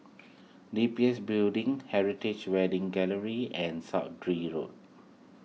D B S Building Heritage Wedding Gallery and Road